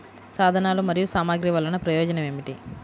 సాధనాలు మరియు సామగ్రి వల్లన ప్రయోజనం ఏమిటీ?